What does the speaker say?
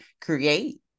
create